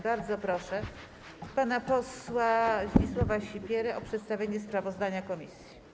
Bardzo proszę pana posła Zdzisława Sipierę o przedstawienie sprawozdania komisji.